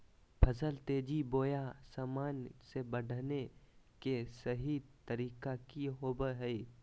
फसल तेजी बोया सामान्य से बढने के सहि तरीका कि होवय हैय?